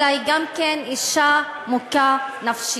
אלא היא גם כן אישה מוכה נפשית.